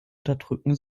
unterdrücken